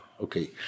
Okay